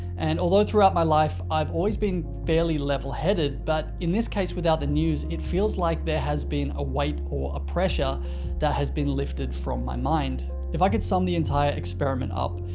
and although throughout my life i've always been fairly level-headed, but in this case without the news, it feels like there has been a weight or a pressure that has been lifted from my mind. if i could sum the entire experiment up,